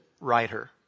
writer